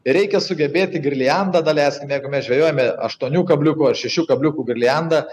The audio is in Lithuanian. reikia sugebėti girliandą daleiskim jeigu mes žvejojome aštuonių kabliukų ar šešių kabliukų girlianda